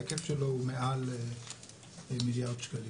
ההיקף שלו הוא מעל מיליארד שקלים,